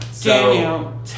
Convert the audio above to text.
Daniel